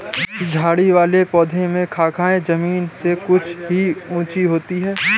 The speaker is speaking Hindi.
झाड़ी वाले पौधों में शाखाएँ जमीन से कुछ ही ऊँची होती है